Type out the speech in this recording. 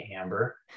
Amber